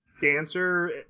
dancer